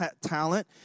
talent